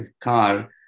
car